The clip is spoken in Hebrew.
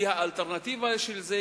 כי האלטרנטיבה של זה,